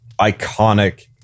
iconic